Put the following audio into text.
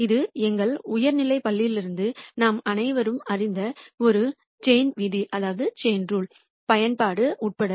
இது எங்கள் உயர்நிலைப் பள்ளியிலிருந்து நாம் அனைவரும் அறிந்த ஒரு செயின் விதியின் பயன்பாடு உட்பட